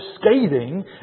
scathing